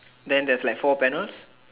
then there's like four panels